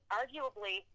arguably